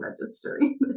registering